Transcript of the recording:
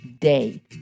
day